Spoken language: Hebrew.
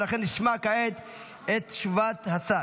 ולכן נשמע כעת את תשובת השר.